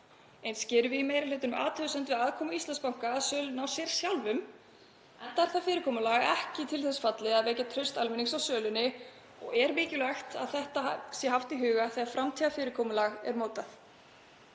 Eins gerum við í meiri hlutanum athugasemdir við aðkomu Íslandsbanka að sölunni á sér sjálfum enda er það fyrirkomulag ekki til þess fallið að vekja traust almennings á sölunni og er mikilvægt að það sé haft í huga þegar framtíðarfyrirkomulag er mótað.